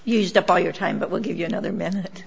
used up all your time but we'll give you another minute